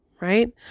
right